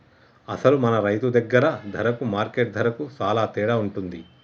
అసలు మన రైతు దగ్గర ధరకు మార్కెట్ ధరకు సాలా తేడా ఉంటుంది